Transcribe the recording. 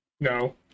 No